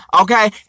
Okay